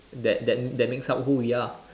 that that that makes up who we are